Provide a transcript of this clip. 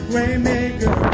Waymaker